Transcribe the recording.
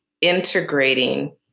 integrating